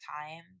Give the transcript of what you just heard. time